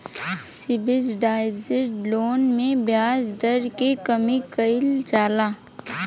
subsidised loan में ब्याज दर के कमी कइल जाला